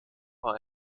war